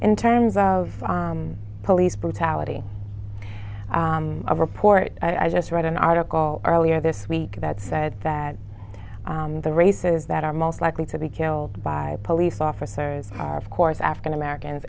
in terms of police brutality i report i just read an article earlier this week that said that the races that are most likely to be killed by police officers are of course african americans